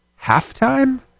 halftime